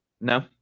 No